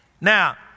Now